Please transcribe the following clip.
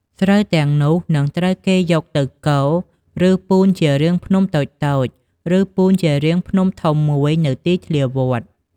ស្រូវទាំងនោះ នឹងត្រូវគេយកទៅគរ ឬពូនជារាងភ្នំតូចៗ ឬពូនជារាងភ្នំធំមួយនៅទីធ្លាវត្ត។